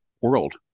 world